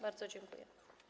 Bardzo dziękuję.